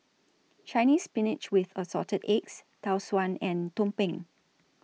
Chinese Spinach with Assorted Eggs Tau Suan and Tumpeng